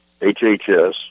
HHS